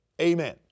Amen